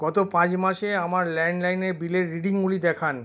গত পাঁচ মাসে আমার ল্যান্ডলাইনের বিলের রিডিংগুলি দেখান